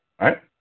right